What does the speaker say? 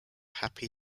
happy